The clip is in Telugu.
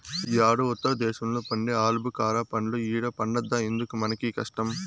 యేడో ఉత్తర దేశంలో పండే ఆలుబుకారా పండ్లు ఈడ పండద్దా ఎందుకు మనకీ కష్టం